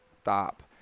stop